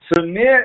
Submit